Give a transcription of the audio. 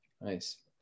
Nice